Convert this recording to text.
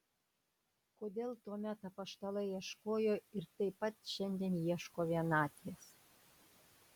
kodėl tuomet apaštalai ieškojo ir taip pat šiandien ieško vienatvės